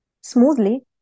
smoothly